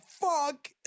fuck